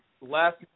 last